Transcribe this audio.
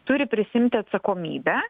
turi prisiimti atsakomybę